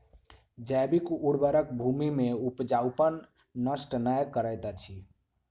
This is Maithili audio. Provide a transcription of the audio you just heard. जैविक उर्वरक भूमि के उपजाऊपन नष्ट नै करैत अछि